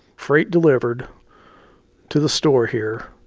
freight delivered to the store here,